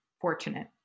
fortunate